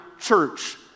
church